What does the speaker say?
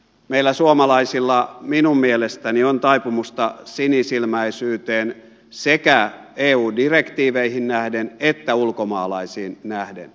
meillä suomalaisilla minun mielestäni on taipumusta sinisilmäisyyteen sekä eu direktiiveihin nähden että ulkomaalaisiin nähden